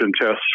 tests